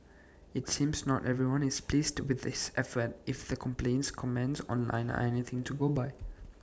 IT seems not everyone is pleased with this effort if the complaints comments online are anything to go by